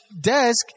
desk